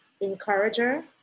encourager